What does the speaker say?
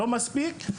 לא מספיק,